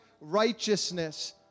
righteousness